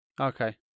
okay